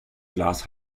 glas